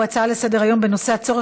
והוא הצעות לסדר-היום מס' 11610,